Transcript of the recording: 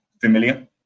familiar